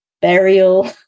burial